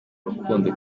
rukundo